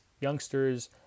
youngsters